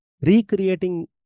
recreating